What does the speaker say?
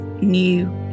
new